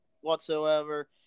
whatsoever